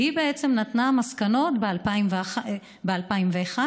שנתנה מסקנות ב-2001,